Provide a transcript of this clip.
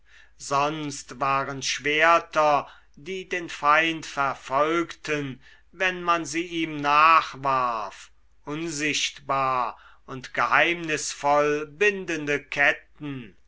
sonst waren schwerter die den feind verfolgten wenn man sie ihm nachwarf unsichtbar und geheimnisvoll bindende ketten